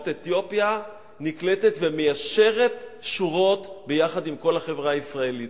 אתיופיה נקלטת ומיישרת שורות עם כל החברה הישראלית,